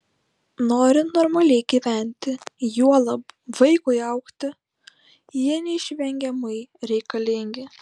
norint normaliai gyventi juolab vaikui augti jie neišvengiamai reikalingi